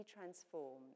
transformed